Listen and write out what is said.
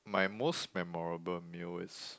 my most memorable meal is